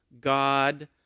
God